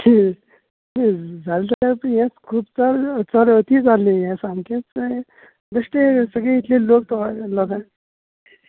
शीं शीं जालें जाल्यार हेंत ग्रूप चड चड अती जालीं सामकेंच काय बेश्टेच सगले इतलें लोक कवर जालें लोकांक